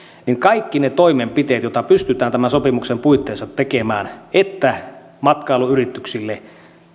niin kaikki ne toimenpiteet joita pystytään tämän sopimuksen puitteissa tekemään että matkailuyrityksille